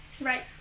right